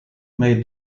made